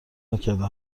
نکرده